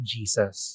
Jesus